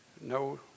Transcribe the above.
no